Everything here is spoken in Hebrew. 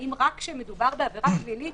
האם רק כשמדובר בעבירה פלילית